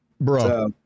Bro